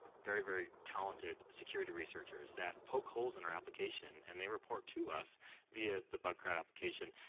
very very talented security researchers that poke holes in our application, and they report to us via the bug crowd application,